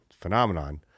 phenomenon